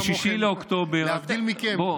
ב-6 באוקטובר, להבדיל מכם.